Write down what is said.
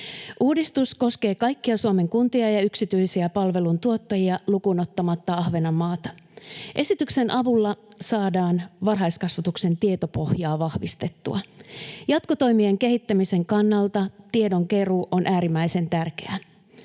Uudistus koskee kaikkia Suomen kuntia ja yksityisiä palveluntuottajia lukuun ottamatta Ahvenanmaata. Esityksen avulla saadaan varhaiskasvatuksen tietopohjaa vahvistettua. Jatkotoimien kehittämisen kannalta tiedonkeruu on äärimmäisen tärkeää.